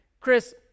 Chris